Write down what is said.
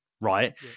right